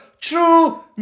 true